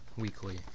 weekly